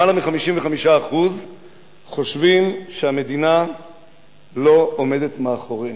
למעלה מ-55% חושבים שהמדינה לא עומדת מאחוריהם.